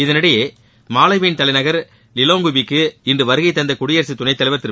இதனிடையே மாலவியின் தலைநகர் லிலோங்வி க்கு இன்று வருகைதந்த குடியரசுத்துணைத் தலைவர் திரு